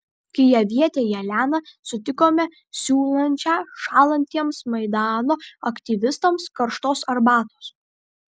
kijevietę jeleną sutikome siūlančią šąlantiems maidano aktyvistams karštos arbatos